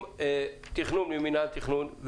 מבקשים תכנון ממנהל התכנון,